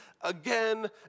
again